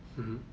mmhmm